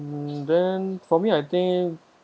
and then for me I think